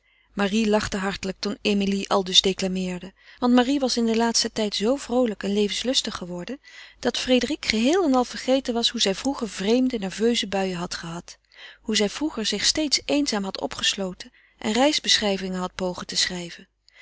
marie lachte hartelijk toen emilie aldus declameerde want marie was in den laatsten tijd zoo vroolijk en levenslustig geworden dat frédérique geheel en al vergeten was hoe zij vroeger vreemde nerveuze buien had gehad hoe zij vroeger zich steeds eenzaam had opgesloten en reisbeschrijvingen had pogen te schrijven